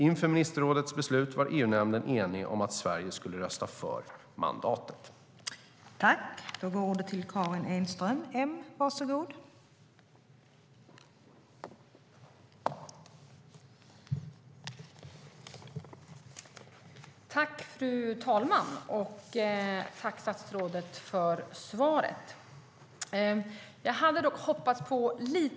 Inför ministerrådets beslut var EU-nämnden enig om att Sverige skulle rösta för mandatet.